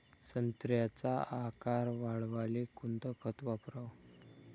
संत्र्याचा आकार वाढवाले कोणतं खत वापराव?